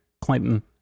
clinton